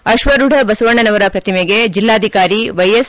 ಅಶ್ವಾರೂಢ ಬಸವಣ್ಣನವರ ಪ್ರತಿಮೆಗೆ ಜಿಲ್ಲಾಧಿಕಾರಿ ವೈಎಸ್